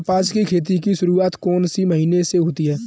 कपास की खेती की शुरुआत कौन से महीने से होती है?